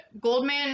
Goldman